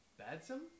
Badsom